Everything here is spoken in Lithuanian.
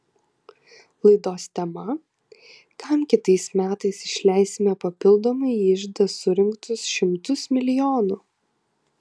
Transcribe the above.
laidos tema kam kitais metais išleisime papildomai į iždą surinktus šimtus milijonų